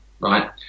Right